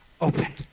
opened